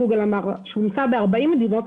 שאומצה ב-40 מדינות,